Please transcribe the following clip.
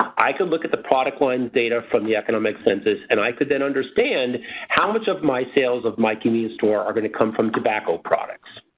i could look at the product lines data from the economic census and i could then understand how much of my sales of my convenience store are going to come from tobacco products,